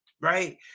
Right